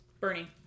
Bernie